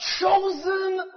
chosen